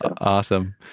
awesome